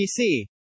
PC